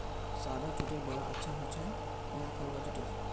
सादा जुटेर बोरा अच्छा ह छेक या कलवा जुटेर